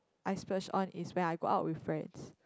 I splurge on is when I go out with friends